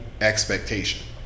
expectation